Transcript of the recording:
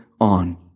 on